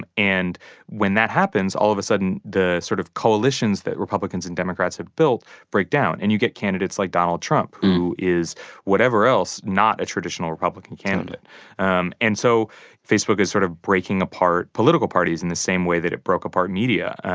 and when that happens, all of a sudden the sort of coalitions that republicans and democrats have built break down, and you get candidates like donald trump who is whatever else not a traditional republican candidate um and so facebook is sort of breaking apart political parties in the same way that it broke apart media.